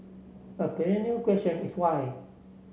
a perennial question is why